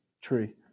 tree